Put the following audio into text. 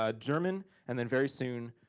ah german and then very soon,